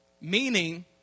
Meaning